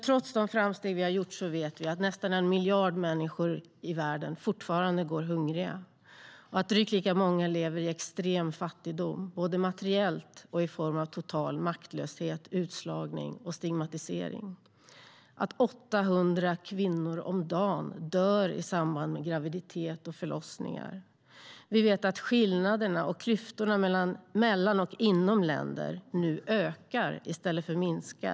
Trots de framsteg vi har gjort vet vi nämligen att nästan en miljard människor i världen fortfarande går hungriga och att drygt lika många lever i extrem fattigdom, både materiellt och i form av total maktlöshet, utslagning och stigmatisering. Vi vet att 800 kvinnor om dagen dör i samband med graviditet och förlossningar, och vi vet att skillnaderna och klyftorna mellan och inom länder nu ökar i stället för att minska.